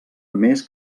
més